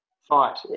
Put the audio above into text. fight